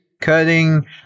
cutting